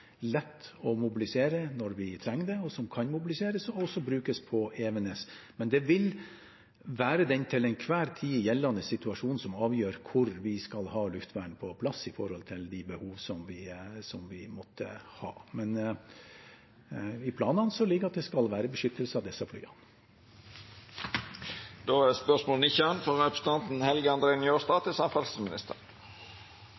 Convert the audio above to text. lett å mobilisere når vi trenger det, og som kan mobiliseres og også brukes på Evenes. Det vil være den til enhver tid gjeldende situasjon som avgjør hvor vi skal ha luftvern på plass i forhold til de behov vi måtte ha. Ifølge planene skal det være beskyttelse av disse flyene. Mitt spørsmål er